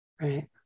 Right